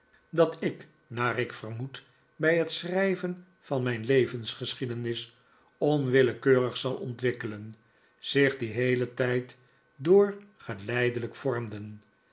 dat ik naar ik vermoed bij het schrijven van mijn levensgeschiedenis onwillekeurig zal ontwikkelen zich dien heelen tijd door geleidelijk vormden